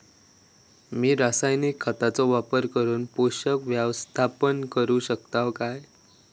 मी रासायनिक खतांचो वापर करून पोषक व्यवस्थापन करू शकताव काय?